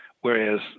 Whereas